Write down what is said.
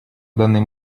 данный